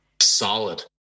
solid